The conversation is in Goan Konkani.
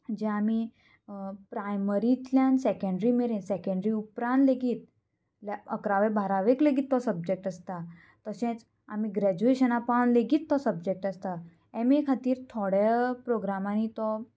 जें आमी प्रायमरींतल्यान सेकेंड्री मेरेन सेकेंड्री उपरांत लेगीत म्हणल्यार अकरावे बारावेक लेगीत तो सब्जॅक्ट आसता तशेंच आमी ग्रेज्युएशना पावन लेगीत तो सब्जॅक्ट आसता एम ए खातीर थोड्या प्रोग्रामांनी तो